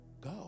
go